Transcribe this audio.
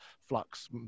flux